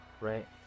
right